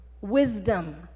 wisdom